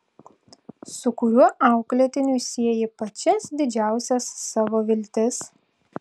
su kuriuo auklėtiniu sieji pačias didžiausias savo viltis